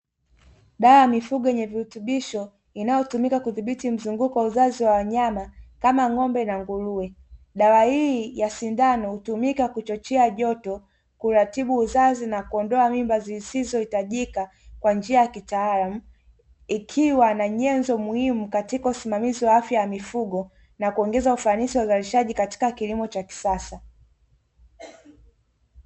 Dawa ya mifugo yenye virutubishoo inayotumika kudhibiti mzunguko wa uzazi wa wanyama kama ng'ombe na nguruwe. Dawa hii ya sindanao hutumika kuchochea joto kuratibu uzazi na kuondoa mimba zisiozohitajika kwa njia ya kitaalamu ikiwa na nyezo muhimu katika usimamizi wa afya ya mifugo na kuongeza ufanisi wa uzalishaji katika kilimo cha kisasa.